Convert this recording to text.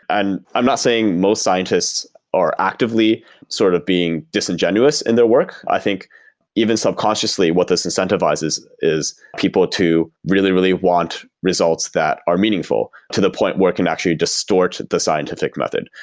and i'm not saying most scientists are actively sort of being disingenuous in their work. i think even subconsciously what this incentivizes is people to really, really want results that are meaningful, to the point where it can actually distort the scientific method.